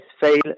fail